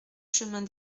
chemin